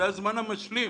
זה הזמן המשלים.